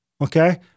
Okay